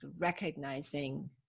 recognizing